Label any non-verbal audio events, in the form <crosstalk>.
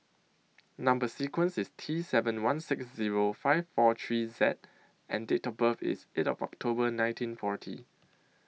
<noise> Number sequence IS T seven one six Zero five four three Z and Date of birth IS eight of October nineteen forty